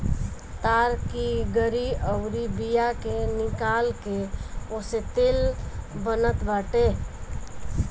ताड़ की गरी अउरी बिया के निकाल के ओसे तेल बनत बाटे